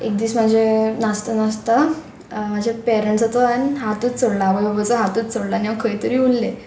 एक दीस म्हाजें नाचता नाचता म्हाजे पेरंट्साचो आनी हातूच सोडला आवय बाबाचो हातूच सोडला आनी हांव खंय तरी उरलें